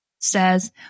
says